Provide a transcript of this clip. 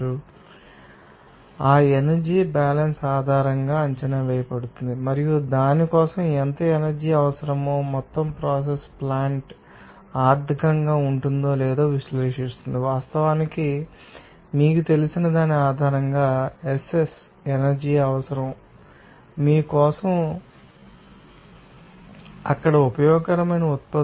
కాబట్టి అది కూడా ఆ ఎనర్జీ బ్యాలన్స్ ఆధారంగా అంచనా వేయబడుతుంది మరియు దాని కోసం ఎంత ఎనర్జీ అవసరమో మరియు మొత్తం ప్రాసెస్ ప్లాంట్ అది ఆర్థికంగా ఉంటుందో లేదో విశ్లేషిస్తుంది వాస్తవానికి మీకు తెలిసిన దాని ఆధారంగా ఎస్ఎస్ ఎనర్జీ అవసరం మీ కోసం మొత్తం మొక్క తెలుసు కొన్ని ఉత్పత్తి మీకు అక్కడ ఉపయోగకరమైన ఉత్పత్తులు తెలుసు